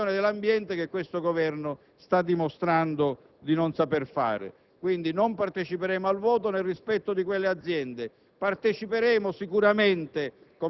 di protezione e di gestione dell'ambiente, che questo Governo sta dimostrando di non saper fare. Quindi non parteciperemo al voto nel rispetto di quelle aziende